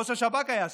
ראש השב"כ היה שם.